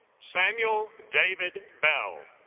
samuel david bell